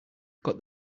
got